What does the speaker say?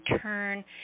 turn